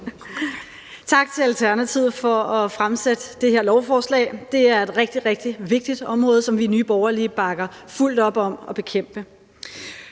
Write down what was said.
Tak til Alternativet for at fremsætte det her beslutningsforslag. Det er et rigtig, rigtig vigtigt område, som vi i Nye Borgerlige bakker fuldt op om at bekæmpe.